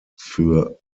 für